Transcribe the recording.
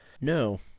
No